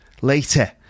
Later